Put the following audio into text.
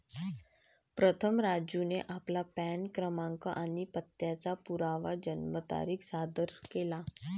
प्रथम राजूने आपला पॅन क्रमांक आणि पत्त्याचा पुरावा जन्मतारीख सादर केला